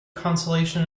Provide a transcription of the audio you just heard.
consolation